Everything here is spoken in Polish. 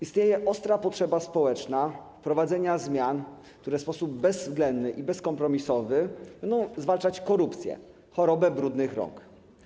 Istnieje ostra potrzeba społeczna wprowadzenia zmian, które w sposób bezwzględny i bezkompromisowy będą zwalczać korupcję, chorobę brudnych rąk.